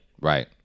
right